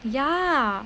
ya